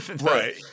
Right